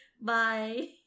Bye